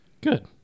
Good